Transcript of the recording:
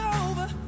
over